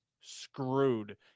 screwed